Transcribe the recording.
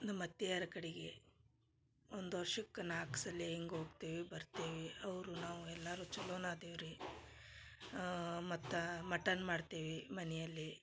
ನಮ್ ಅತ್ತಿಯರ ಕಡೆಗೆ ಒಂದ್ ವರ್ಷಕ್ಕ ನಾಲ್ಕು ಸಲಿ ಹಿಂಗ್ ಹೋಗ್ತೇವಿ ಬರ್ತೇವಿ ಅವರು ನಾವು ಎಲ್ಲರು ಚಲೋನ ಅದೇವು ರೀ ಮತ್ತು ಮಟನ್ ಮಾಡ್ತೇವಿ ಮನೆಯಲ್ಲಿ